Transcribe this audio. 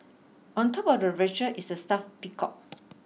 on top of the refrigerator is a stuffed peacock